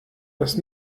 das